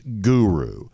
guru